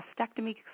mastectomy